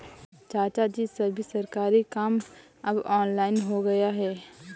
चाचाजी, सभी सरकारी काम अब ऑनलाइन हो गया है